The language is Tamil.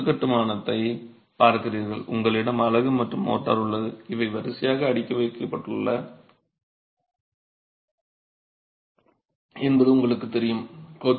நீங்கள் ஒரு கொத்து கட்டுமானத்தைப் பார்க்கிறீர்கள் உங்களிடம் அலகு மற்றும் மோர்டார் உள்ளது இவை வரிசையாக அடுக்கி வைக்கப்பட்டுள்ளன என்பது உங்களுக்குத் தெரியும்